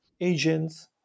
agents